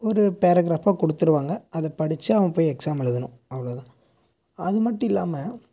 ஒரு பேரக்ராஃப்பாக கொடுத்துருவாங்க அதை படிச்சு அவன் போய் எக்ஸாம் எழுதணும் அவ்வளோதான் அது மட்டும் இல்லாமல்